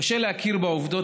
קשה להכיר בעובדות,